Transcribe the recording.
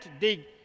dig